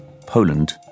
Poland